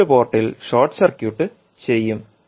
input പോർട്ടിൽ short circuit ചെയ്യും